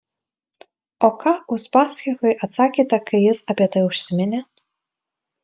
o ką uspaskichui atsakėte kai jis apie tai užsiminė